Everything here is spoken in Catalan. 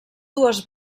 dues